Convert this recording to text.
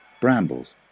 brambles